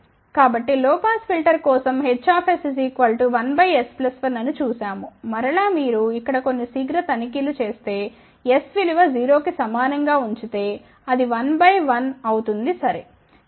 కాబట్టి లో pass filter కోసంHs1s 1 అని చూశాము మరలమీరు ఇక్కడ కొన్ని శీఘ్ర తనిఖీలు చేస్తే s విలువ 0 కి సమానం గా ఉంచితే అది 1 బై 1 అవుతుంది సరే